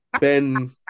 Ben